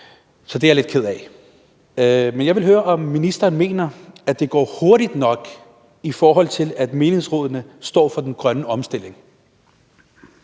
Så det er jeg lidt ked af. Men jeg vil høre, om ministeren mener, at det går hurtigt nok, i forhold til at menighedsrådene står for den grønne omstilling.